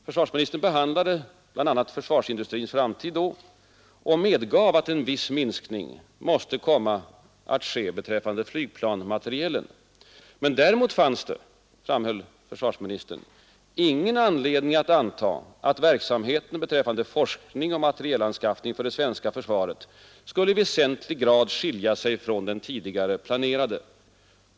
Försvarsministern behandlade bl.a. försvarsindustrins framtid då och medgav att en viss minskning måste komma att ske beträffande flygplansmaterielen. Men däremot fanns det, framhöll försvarsministern, ingen anledning att anta ”att verksamheten beträffande forskning och materielanskaffning för det svenska försvaret skulle i väsentlig grad skilja sig från den tidigare planerade”.